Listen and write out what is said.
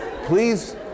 Please